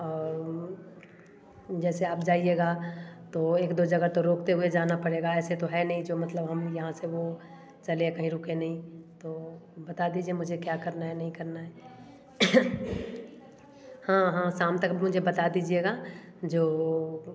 और जैसे आप जाइएगा तो एक दो जगह तो रोकते हुए जाना पड़ेगा ऐसा तो है नहीं जो मतलब हम यहाँ से वो चले फिर रुके नहीं तो बता दीजिए मुझे क्या करना है नहीं करना हैं हाँ हाँ शाम तक मुझे बता दीजिएगा जो